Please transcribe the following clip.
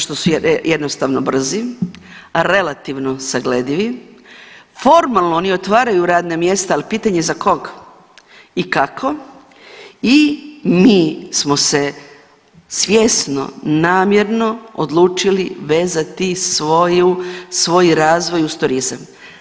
Zato što su jednostavno brzi, relativno sagledivi, formalno oni otvaraju radna mjesta, ali pitanje za kog i kako i mi smo se svjesno namjerno odlučili vezati svoj razvoj uz turizam.